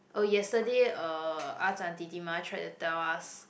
oh yesterday uh Ahzan Titimah tried to tell us